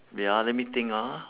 wait ah let me think ah